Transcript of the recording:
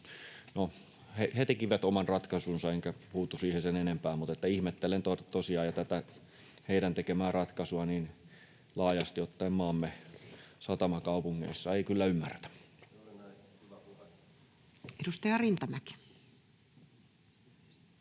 he tekivät oman ratkaisunsa, enkä puutu siihen sen enempää, mutta ihmettelen tosiaan, ja tätä heidän tekemää ratkaisuaan laajasti ottaen maamme satamakaupungeissa ei kyllä ymmärretä. Edustaja Rintamäki.